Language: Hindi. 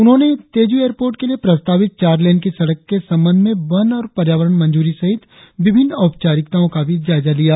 उन्होंने तेजू एयरपोर्ट के लिए प्रस्तावित चार लेन की सड़क के संबंद्ध में वन और पर्यावरण मंजूरी सहित विभिन्न औपचारिकताओं का भी जायजा लिया